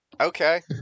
Okay